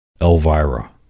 Elvira